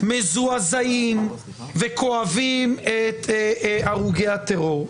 מזועזעים וכואבים את הרוגי הטרור.